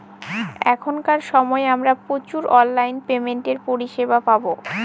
এখনকার সময় আমরা প্রচুর অনলাইন পেমেন্টের পরিষেবা পাবো